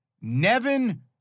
Nevin